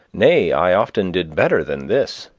nay, i often did better than this.